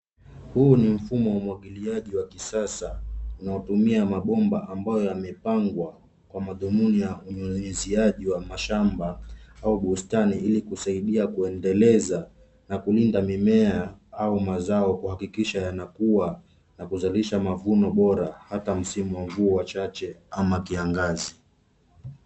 Huu ni mfumo wa umwagiliaji wa kisasa, unaotumia mabomba ambayo yamepangwa, kwa madhumuni ya unyunyiziaji wa mashamba, au bustani ili kusaidia kuendeleza, na kulinda mimea au mazao kuhakikisha yanakuwa, na kuzalisha mavuno bora hata msimu wa mvua chache, ama kiangazi.